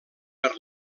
per